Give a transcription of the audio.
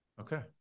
okay